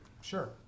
sure